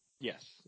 Yes